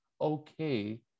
okay